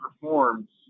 performs